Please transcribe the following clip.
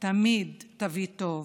תמיד תביא טוב,